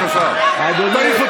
אז תנהג אחרת,